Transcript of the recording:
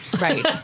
Right